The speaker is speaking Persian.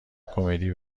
کمدی